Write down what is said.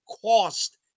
cost